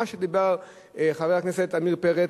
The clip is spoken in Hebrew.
דיבר חבר הכנסת עמיר פרץ,